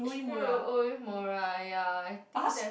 Shu-Uemura ya I think that